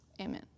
amen